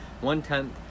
one-tenth